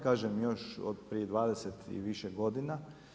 Kažem još od prije 20 i više godina.